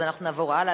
אנחנו נעבור הלאה.